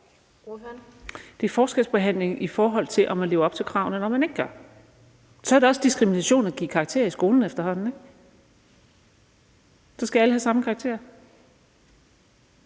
Det er forskelsbehandling, i forhold til om man lever op til kravene, eller om man ikke gør. I så fald er det efterhånden også diskrimination at give karakterer i skolen, ikke? Så skal alle have samme karakterer.